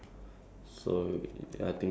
he went to go and smoke again